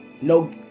No